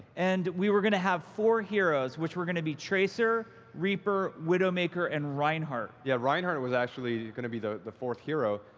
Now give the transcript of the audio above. and we were going to have four heroes, which were going to be tracer, reaper, widowmaker and reinhardt. yeah, reinhardt was actually going to be the fourth hero.